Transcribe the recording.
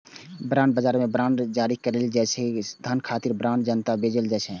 bond बाजार मे bond जारी कैल जाइ छै आ धन खातिर बांड जनता कें बेचल जाइ छै